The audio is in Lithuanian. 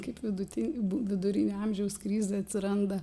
kaip vidutin vidurinio amžiaus krizė atsiranda